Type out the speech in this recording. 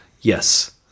Yes